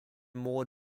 more